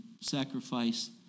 sacrifice